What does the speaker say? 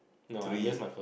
three